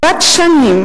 כלכלי עולמי,